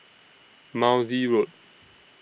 Maude Road